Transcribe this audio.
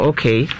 Okay